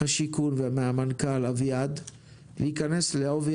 השיכון ומהמנכ"ל אביעד להיכנס לעובי